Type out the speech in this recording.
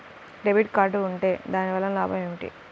Debit card ఉంటే దాని వలన లాభం ఏమిటీ?